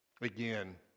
Again